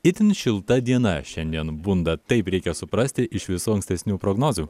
itin šilta diena šiandien bunda taip reikia suprasti iš visų ankstesnių prognozių